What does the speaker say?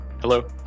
Hello